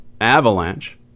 avalanche